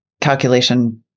calculation